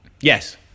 Yes